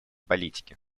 политики